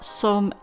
som